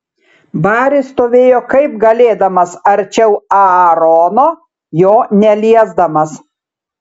baris stovėjo kaip galėdamas arčiau aarono jo neliesdamas